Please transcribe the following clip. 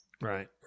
Right